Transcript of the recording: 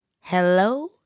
Hello